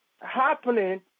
happening